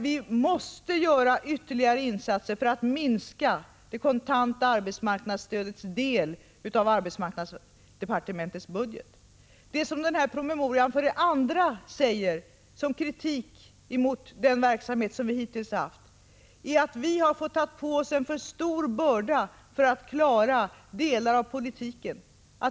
Vi måste göra ytterligare insatser för att minska det kontanta arbetsmarknadsstödets del av arbetsmarknadsdepartementets budget. Vad promemorian ytterligare kritiserar i den hittillsvarande verksamheten är att arbetsmarknadspolitiken har fått ta på sig en för stor börda för att klara sysselsättningspolitiken.